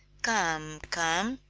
come, come,